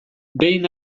behin